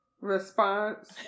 response